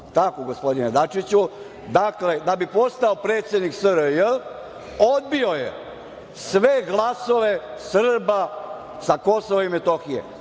tako gospodine Dačiću? Dakle, da bi postao predsednik SRJ odbio je sve glasove Srba sa Kosova i Metohije.14/1